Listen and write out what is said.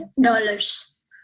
dollars